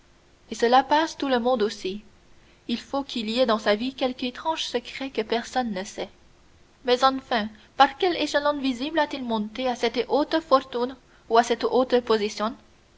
et cela passe tout le monde aussi il faut qu'il y ait dans sa vie quelque étrange secret que personne ne sait mais enfin par quels échelons visibles a-t-il monté à cette haute fortune ou à cette haute position